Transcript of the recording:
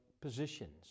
positions